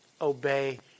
obey